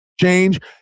change